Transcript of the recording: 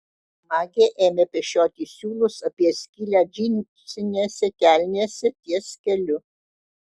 magė ėmė pešioti siūlus apie skylę džinsinėse kelnėse ties keliu